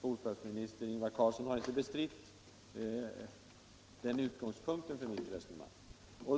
Bostadsministern har inte bestritt riktigheten i den utgångspunkten för mitt resonemang.